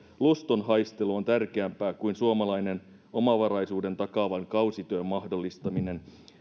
luston haistelu on tärkeämpää kuin suomalaisten omavaraisuuden takaavan kausityön mahdollistaminen